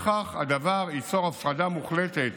בכך הדבר ייצור הפרדה מוחלטת